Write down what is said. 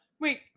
Wait